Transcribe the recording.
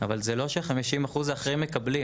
אבל זה לא נכון ש-50% האחרים מקבלים.